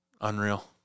Unreal